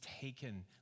taken